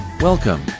Welcome